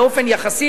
באופן יחסי,